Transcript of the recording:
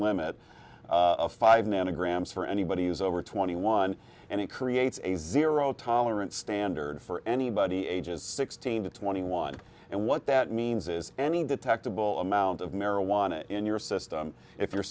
limit five nanograms for anybody who's over twenty one and it creates a zero tolerance standard for anybody ages sixteen to twenty one and what that means is any detectable amount of marijuana in your system if you're